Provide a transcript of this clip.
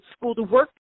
school-to-work